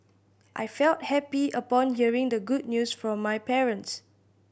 I felt happy upon hearing the good news from my parents